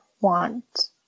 want